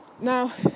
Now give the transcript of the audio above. Now